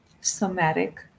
somatic